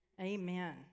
Amen